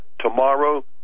Tomorrow